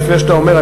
לפני שאתה אומר,